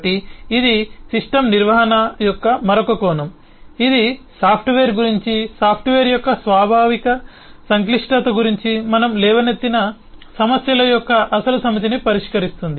కాబట్టి ఇది సిస్టమ్ నిర్వహణ యొక్క మరొక కోణం ఇది సాఫ్ట్వేర్ గురించి సాఫ్ట్వేర్ యొక్క స్వాభావిక సంక్లిష్టత గురించి మనం లేవనెత్తిన సమస్యల యొక్క అసలు సమితిని పరిష్కరిస్తుంది